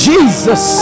Jesus